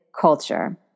culture